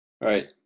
Right